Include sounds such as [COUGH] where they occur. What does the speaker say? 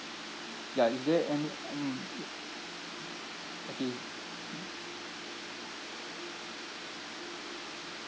ya is there any mm [NOISE] okay [NOISE]